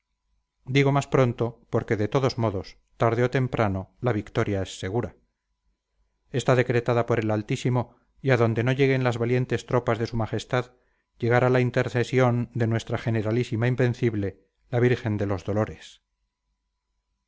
digo más pronto porque de todos modos tarde o temprano la victoria es segura está decretada por el altísimo y a donde no lleguen las valientes tropas de su majestad llegará la intercesión de nuestra generalísima invencible la virgen de los dolores